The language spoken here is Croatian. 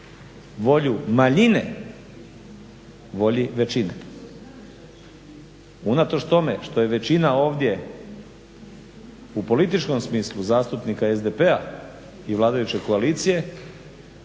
volju manjine volji većine. Unatoč tome što je većina ovdje u političkom smislu zastupnika SDP-a i vladajuće koalicije